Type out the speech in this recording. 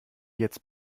jetzt